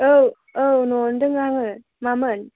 औ औ न'आवनो दङ आङो मामोन